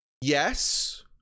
yes